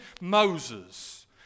Moses